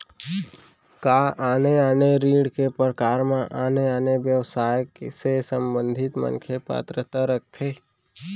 का आने आने ऋण के प्रकार म आने आने व्यवसाय से संबंधित मनखे पात्रता रखथे?